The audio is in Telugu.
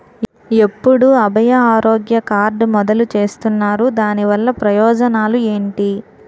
ఎప్పుడు అభయ ఆరోగ్య కార్డ్ మొదలు చేస్తున్నారు? దాని వల్ల ప్రయోజనాలు ఎంటి?